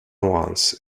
once